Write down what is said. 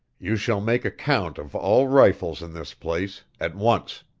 you shall make a count of all rifles in this place at once.